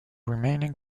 remaining